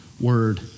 word